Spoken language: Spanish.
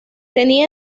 tenía